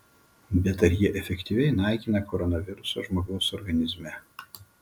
bet ar jie efektyviai naikina koronavirusą žmogaus organizme